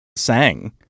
sang